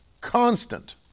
constant